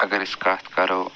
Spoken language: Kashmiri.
اَگر أسۍ کَتھ کَرَو